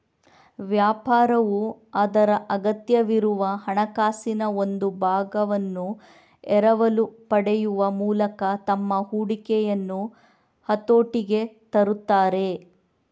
ವ್ಯಾಪಾರವು ಅದರ ಅಗತ್ಯವಿರುವ ಹಣಕಾಸಿನ ಒಂದು ಭಾಗವನ್ನು ಎರವಲು ಪಡೆಯುವ ಮೂಲಕ ತಮ್ಮ ಹೂಡಿಕೆಯನ್ನು ಹತೋಟಿಗೆ ತರುತ್ತಾರೆ